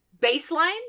baseline